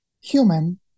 human